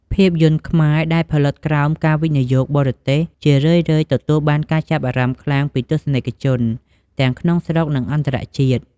ភាពយន្តខ្មែរដែលផលិតក្រោមការវិនិយោគបរទេស ជារឿយៗទទួលបានការចាប់អារម្មណ៍ខ្លាំងពីទស្សនិកជន ទាំងក្នុងស្រុក និងអន្តរជាតិ។